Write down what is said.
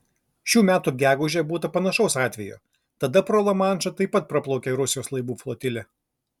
šių metų gegužę būta panašaus atvejo tada pro lamanšą taip pat praplaukė rusijos laivų flotilė